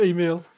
Email